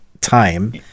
time